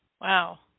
Wow